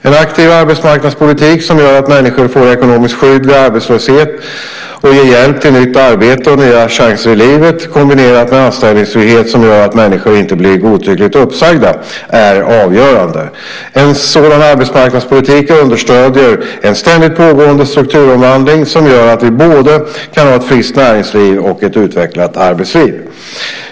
En aktiv arbetsmarknadspolitik, som gör att människor får ekonomiskt skydd vid arbetslöshet och ger hjälp till nytt arbete och nya chanser i livet, kombinerat med anställningstrygghet som gör att människor inte blir godtyckligt uppsagda, är avgörande. En sådan arbetsmarknadspolitik understöder en ständigt pågående strukturomvandling som gör att vi kan ha både ett friskt näringsliv och ett utvecklat arbetsliv.